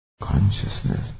Consciousness